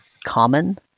common